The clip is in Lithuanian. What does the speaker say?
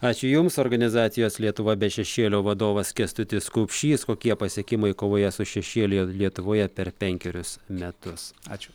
ačiū jums organizacijos lietuva be šešėlio vadovas kęstutis kupšys kokie pasiekimai kovoje su šešėliu lietuvoje per penkerius metus ačiū